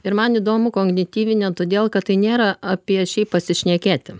ir man įdomu kognityvinė todėl kad tai nėra apie šiaip pasišnekėti